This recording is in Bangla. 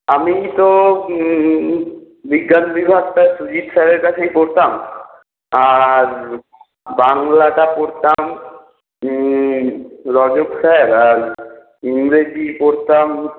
আমি তো বিজ্ঞান বিভাগটা সুজিত স্যারের কাছেই পড়তাম আর বাংলাটা পড়তাম রজত স্যার আর ইংরেজি পড়তাম